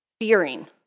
fearing